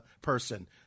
person